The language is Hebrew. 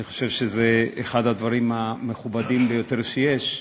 אני חושב שזה אחד הדברים המכובדים ביותר שיש.